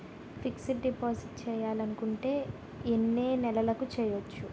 Fixed deposit చేయాలి అనుకుంటే ఎన్నే నెలలకు చేయొచ్చు?